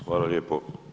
Hvala lijepo.